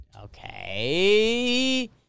Okay